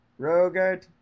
Rogert